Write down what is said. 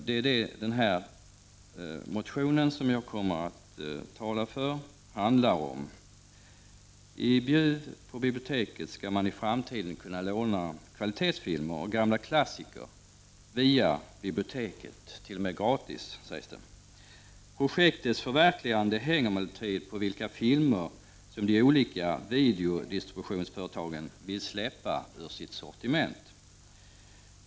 Det är detta som motionen som jag skall tala för handlar om. På Bjuvs bibliotek skall man i framtiden kunna låna kvalitetsfilmer och gamla klassiker — gratis t.o.m. sägs det. Projektets förverkligande beror emellertid på vilka filmer som de olika videodistributionsföretagen vill släppa ur sitt sortiment.